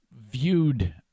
viewed